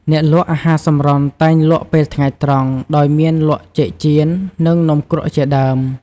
អ្នកលក់អាហារសម្រន់តែងលក់ពេលថ្ងៃត្រង់ ដោយមានលក់ចេកចៀន និងនំគ្រកជាដើម។